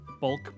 bulk